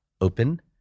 open